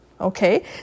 Okay